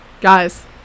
Guys